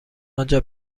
آنجا